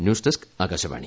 news desk Akashvani